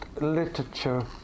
literature